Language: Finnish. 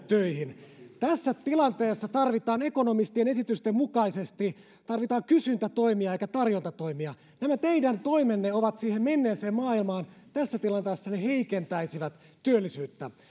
töihin tässä tilanteessa tarvitaan ekonomistien esitysten mukaisesti kysyntätoimia eikä tarjontatoimia nämä teidän toimenne ovat siihen menneeseen maailmaan tässä tilanteessa ne heikentäisivät työllisyyttä